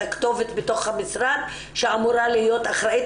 אומרת שמבחינת